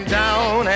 down